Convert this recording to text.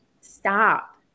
stop